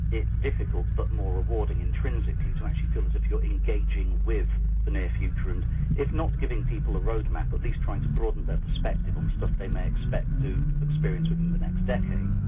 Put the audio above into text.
it's difficult but more rewarding intrinsically to actually feel as if you're engaging with the near future, and if not giving people a road map, at least trying to broaden their perspective on stuff they may expect to experience within the next decade.